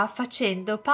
facendo